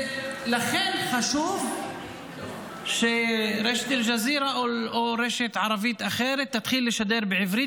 לכן חשוב שרשת אל-ג'זירה או רשת ערבית אחרת תתחיל לשדר בעברית,